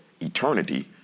eternity